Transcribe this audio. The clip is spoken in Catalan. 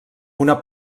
una